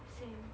same